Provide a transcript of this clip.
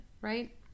right